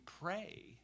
pray